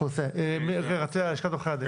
אני נציג לשכת עורכי הדין.